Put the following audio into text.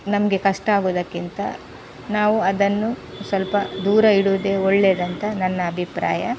ನಮಗೆ ಕಷ್ಟ ಆಗುವುದಕ್ಕಿಂತ ನಾವು ಅದನ್ನು ಸ್ವಲ್ಪ ದೂರ ಇಡುವುದೇ ಒಳ್ಳೆಯದಂತ ನನ್ನ ಅಭಿಪ್ರಾಯ